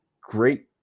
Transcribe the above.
great